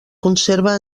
conserva